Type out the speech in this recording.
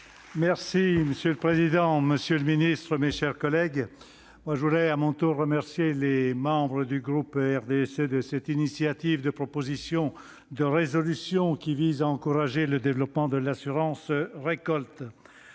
Monsieur le président, monsieur le ministre, mes chers collègues, je veux à mon tour remercier mes collègues du groupe RDSE d'avoir déposé cette proposition de résolution qui vise à encourager le développement de l'assurance récolte.